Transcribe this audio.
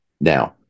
now